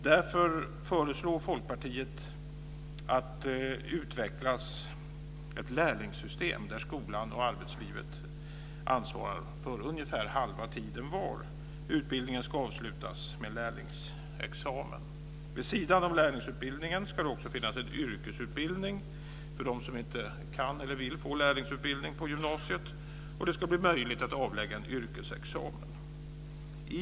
Därför föreslår Folkpartiet att det utvecklas ett lärlingssystem där skolan och arbetslivet ansvarar för ungefär halva tiden var. Utbildningen ska avslutas med lärlingsexamen. Vid sidan om lärlingsutbildningen ska det också finnas en yrkesutbildning för dem som inte kan eller vill få lärlingsutbildning på gymnasiet, och det ska bli möjligt att avlägga en yrkesexamen.